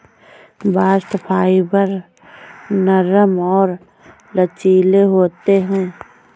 bast fibre नरम और लचीले होते हैं